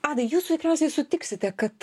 adai jūs tikriausiai sutiksite kad